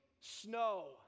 snow